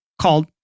called